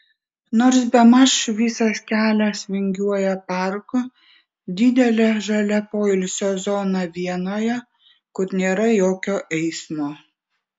nors bemaž visas kelias vingiuoja parku didele žalia poilsio zona vienoje kur nėra jokio eismo